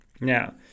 Now